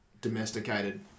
domesticated